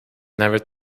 never